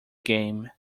game